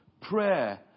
Prayer